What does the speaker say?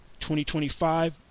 2025